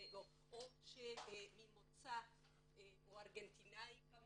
או ממוצא ארגנטיני או